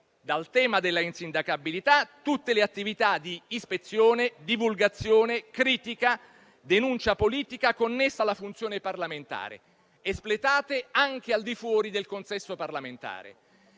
dal tema dell'insindacabilità tutte le attività di ispezione, divulgazione, critica e denuncia politica connessa alla funzione parlamentare, espletate anche al di fuori del consesso parlamentare.